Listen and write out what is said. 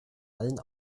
allen